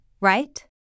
right